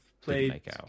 played